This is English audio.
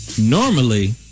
normally